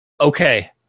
okay